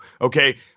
okay